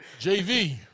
JV